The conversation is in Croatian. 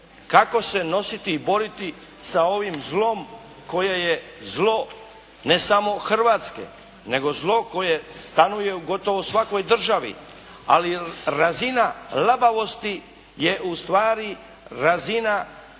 kako se nositi i boriti sa ovim zlom koje se zlo ne samo Hrvatske nego zlo koje stanuje u gotovo svakoj državi. Ali razina labavosti je ustvari razina